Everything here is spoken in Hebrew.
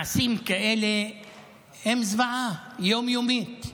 מעשים כאלה הם זוועה יום-יומית,